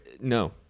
no